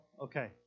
Okay